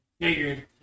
Figured